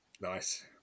nice